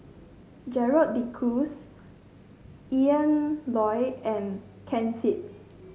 Gerald De Cruz Ian Loy and Ken Seet